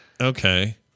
okay